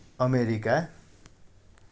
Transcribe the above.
America